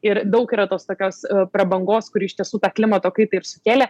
ir daug yra tos tokios prabangos kuri iš tiesų tą klimato kaitą ir sukėlė